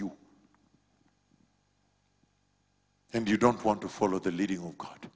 you and you don't want to follow the leader of god